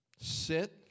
Sit